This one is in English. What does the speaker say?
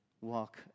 walk